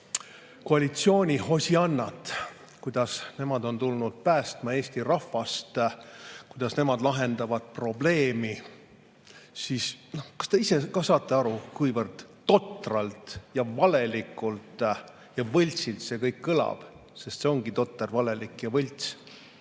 koalitsiooni hosiannat, kuidas nemad on tulnud päästma Eesti rahvast, kuidas nemad lahendavad probleemi. Kas te ise ka saate aru, kuivõrd totralt ja valelikult ja võltsilt see kõik kõlab? Sest see ongi totter, valelik ja võlts.